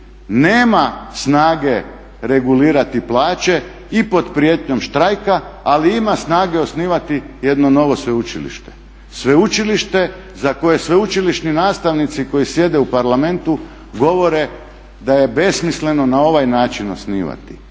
nema snage regulirati plaće i pod prijetnjom štrajka ali ima snage osnivati jedno novo sveučilište, sveučilište za koje sveučilišni nastavnici koji sjede u Parlamentu govore da je besmisleno na ovaj način osnivati.